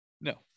No